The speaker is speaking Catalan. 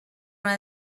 una